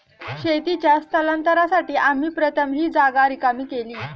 शेतीच्या स्थलांतरासाठी आम्ही प्रथम ही जागा रिकामी केली